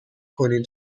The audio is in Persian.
کنین